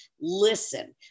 listen